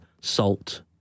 salt